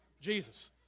Jesus